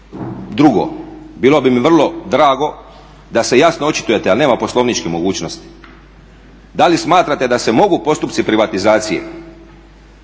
Drugo, bilo bi mi vrlo drago da se jasno očituje, ali nema poslovničke mogućnosti, da li smatrate da se mogu postupci privatizacije